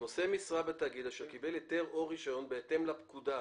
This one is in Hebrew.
נושא משרה בתאגיד אשר קיבל היתר או רישיון בהתאם לפקודה.